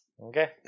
Okay